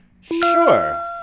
Sure